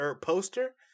poster